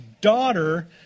daughter